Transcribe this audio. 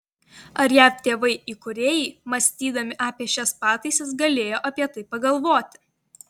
ar jav tėvai įkūrėjai mąstydami apie šias pataisas galėjo apie tai pagalvoti